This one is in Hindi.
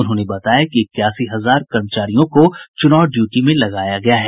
उन्होंने बताया कि इक्यासी हजार कर्मचारियों को चुनाव ड्यूटी में लगाया गया है